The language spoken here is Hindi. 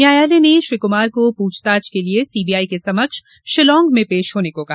न्यायालय ने श्री कुमार को पूछताछ के लिए सीबीआई के समक्ष शिलांग में पेश होने को कहा